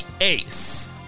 Ace